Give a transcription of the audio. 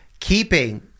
Keeping